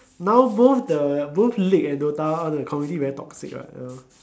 no both the both league and dota all the community very toxic what you know